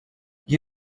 you